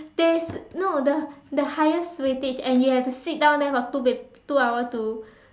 there's no the the highest weightage and you have to sit down there for two pap~ two hour to